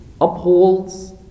upholds